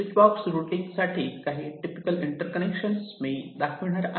switch box routing साठी काही typical interconnection मी दाखवणार आहे